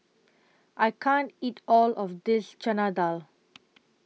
I can't eat All of This Chana Dal